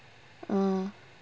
uh